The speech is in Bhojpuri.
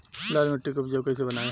लाल मिट्टी के उपजाऊ कैसे बनाई?